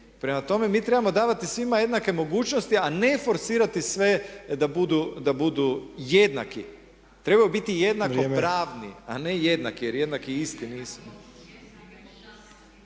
Prema tome, mi trebamo davati svima jednake mogućnosti a ne forsirati sve a ne da budu jednaki. Trebaju biti jednako pravni a ne jednaki jer jednaki jer jednaki